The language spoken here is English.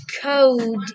code